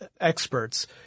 experts